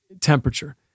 temperature